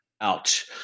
Ouch